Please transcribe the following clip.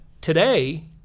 today